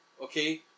okay